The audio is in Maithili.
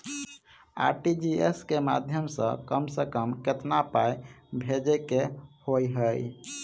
आर.टी.जी.एस केँ माध्यम सँ कम सऽ कम केतना पाय भेजे केँ होइ हय?